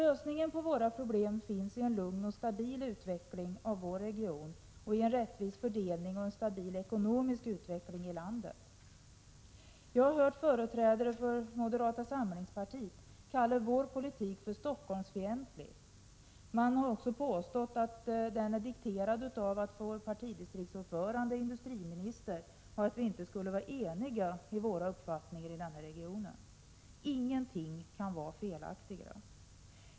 Lösningarna på våra problem finns i en lugn och stabil utveckling av vår region, i en rättvis fördelning och i en stabil ekonomisk utveckling i landet. Jag har hört företrädare för moderata samlingspartiet kalla vår politik för Stockholmsfientlig. Man har också påstått att den är dikterad av att vår partidistriktsordförande är industriminister och att vi inte skulle vara eniga i våra uppfattningar i regionen. Ingenting kan vara felaktigare.